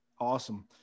Awesome